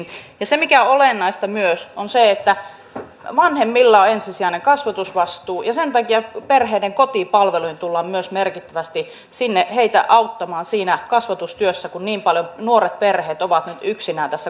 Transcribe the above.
ja se mikä on olennaista myös on se että vanhemmilla on ensisijainen kasvatusvastuu ja sen takia perheiden kotipalveluissa tullaan myös merkittävästi heitä auttamaan siinä kasvatustyössä kun niin paljon nuoret perheet ovat nyt yksinään tässä kasvatusvastuussa